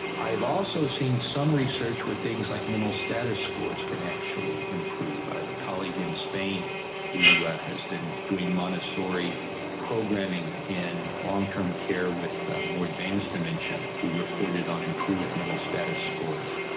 i have also seen some research where things like mental status scores can actually improve. i have a colleague in spain who has been doing montessori programming in long-term care with more advanced dementia. he reported on improved mental status scores.